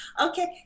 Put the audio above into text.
okay